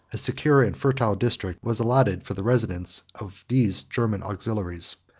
a secure and fertile district, was allotted for the residence of these german auxiliaries,